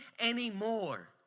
anymore